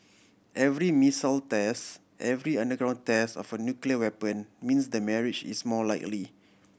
every missile test every underground test of a nuclear weapon means the marriage is more likely